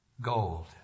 gold